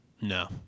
no